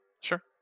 Sure